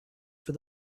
for